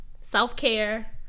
self-care